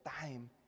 time